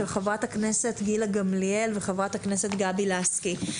של חברת הכנסת גילה גמליאל וחברת הכנסת גבי לסקי.